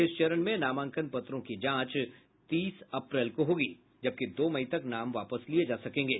इस चरण में नामांकन पत्रों की जांच तीस अप्रैल को होगी जबकि दो मई तक नाम वापस लिये जा सकेंगे